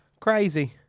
Crazy